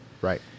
Right